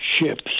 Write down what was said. ships